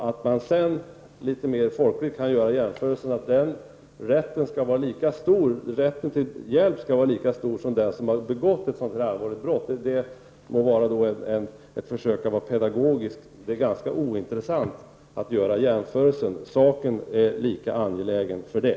Att sedan litet folkligt göra jämförelsen att den rätten till hjälp skall vara lika stor för den som har begått ett allvarligt brott må vara ett försök att vara pedagogisk. Men det är alltså ganska ointressant att göra den jämförelsen. Saken är lika angelägen för det.